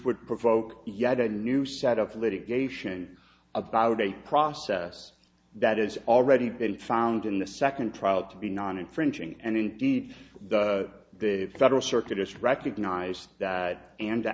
would provoke yet a new set of litigation about a process that is already been found in the second trial to be non infringing and indeed the federal circuit just recognize that and the